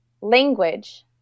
language